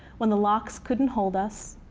when the locks couldn't hold us,